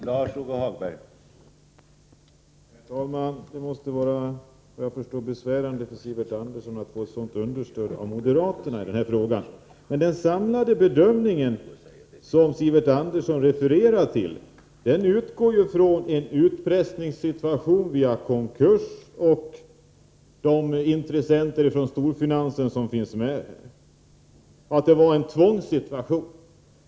Herr talman! Det måste, vad jag förstår, vara besvärande för Sivert Andersson att få ett sådant stöd av moderaterna i denna fråga. Den samlade bedömning som Sivert Andersson refererar till utgår ju från en utpressningssituation via konkurs hos de intressenter inom storfinansen som finns med. Det var en tvångssituation.